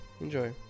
enjoy